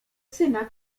syna